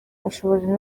ashobora